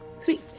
Sweet